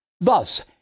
Thus